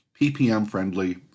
PPM-friendly